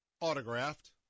autographed